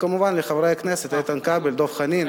וכמובן לחברי הכנסת איתן כבל ודב חנין,